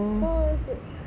four also